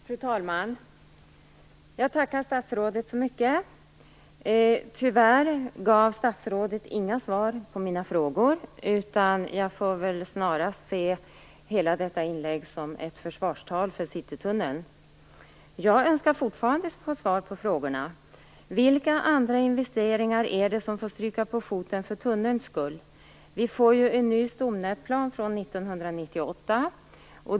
Fru talman! Jag tackar statsrådet så mycket. Tyvärr gav statsrådet inga svar på mina frågor. Jag får väl snarast se hela detta inlägg som ett försvarstal för Citytunnel. Jag önskar fortfarande få svar på de frågor jag ställde. Vilka andra investeringar är det som får stryka på foten för tunnelns skull? Vi får ju en ny stomnätsplan från 1998.